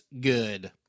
good